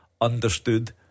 understood